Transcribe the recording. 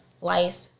life